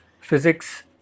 physics